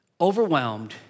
overwhelmed